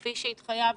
כפי שהתחייבתי,